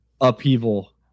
upheaval